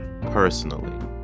personally